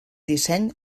disseny